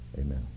Amen